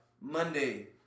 Monday